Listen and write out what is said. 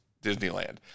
Disneyland